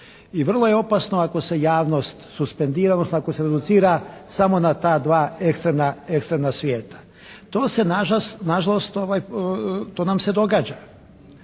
I vrlo je opasno ako se javnost suspendira, odnosno ako se reducira samo na ta dva ekstremna svijeta. To se nažalost, to nam